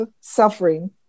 suffering